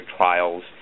trials